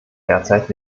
derzeit